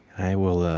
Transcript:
i will